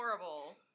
horrible